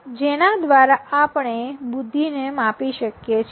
જેના દ્વારા આપણે બુદ્ધિને માપી શકીએ છીએ